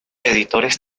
editores